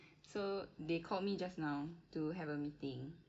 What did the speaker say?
so they called me just now to have a meeting